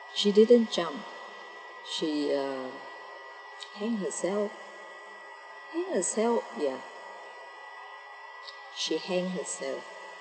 she didn't jump she uh hang herself hang herself ya she hang herself